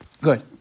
good